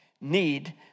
need